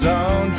on